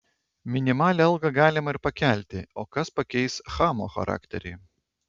minimalią algą galima ir pakelti o kas pakeis chamo charakterį